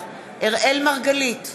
אראל מרגלית,